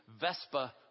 Vespa